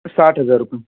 साठ हज़ार रूपये